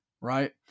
right